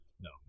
no